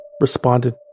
responded